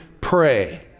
pray